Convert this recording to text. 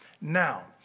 Now